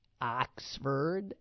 Oxford